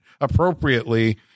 appropriately